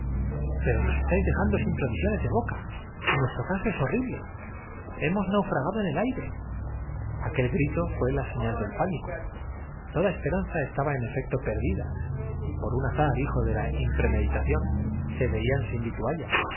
pero nos estáis dejando sin provisiones de boca mente de funcionar qué ocurre se preguntaron todos con extray nuestro caso es horrible hemos naufragado en el aire ñeza algún cambio de tirorepuso juanita aquel grito fué la señal del pánico toda esperanza estaba en efecto perdida y por un azar hijo de la im tendidos por el laboratorio cuyo aspecto tenia muchos premeditación se veían sin vitualla